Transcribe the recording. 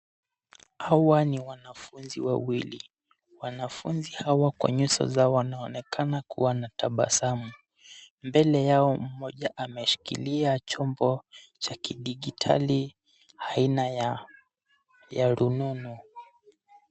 Hawa ni wanafunzi wawili, wanafunzi hawa kwa nyuso zao waaonekana kuwa wanatabasamu. Mbele yao mmoja ameshikilia chombo cha kidigitali aina ya rununu.